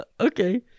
okay